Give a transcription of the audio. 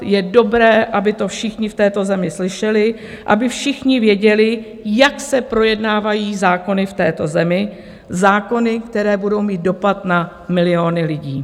Je dobré, aby to všichni v této zemi slyšeli, aby všichni věděli, jak se projednávají zákony v této zemi, zákony, které budou mít dopad na miliony lidí.